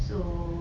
so